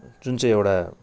जुन चाहिँ एउटा